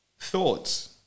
thoughts